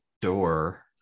door